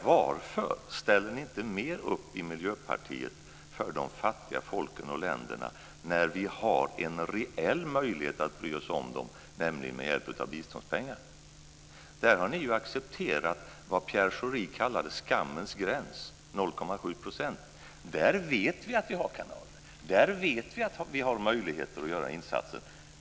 Varför ställer ni i Miljöpartiet inte upp mer för de fattiga folken och länderna, när vi har en reell möjlighet att bry oss om dem med hjälp av biståndspengar? Där har ni ju accepterat vad Pierre Schori kallade skammens gräns, 0,7 %. Men där vet vi att vi har kanaler och där vet vi att vi har möjligheter att göra insatser.